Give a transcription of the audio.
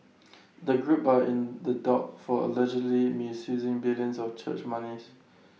the group are in the dock for allegedly misusing millions of church monies